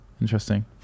interesting